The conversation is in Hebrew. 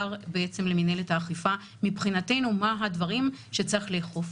שמועבר למינהלת האכיפה מבחינתנו מה הדברים שצריך לאכוף.